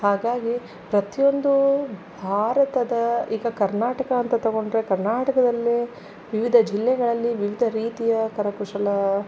ಹಾಗಾಗಿ ಪ್ರತಿಯೊಂದು ಭಾರತದ ಈಗ ಕರ್ನಾಟಕ ಅಂತ ತೊಗೊಂಡರೆ ಕರ್ನಾಟಕದಲ್ಲೇ ವಿವಿಧ ಜಿಲ್ಲೆಗಳಲ್ಲಿ ವಿವಿಧ ರೀತಿಯ ಕರಕುಶಲ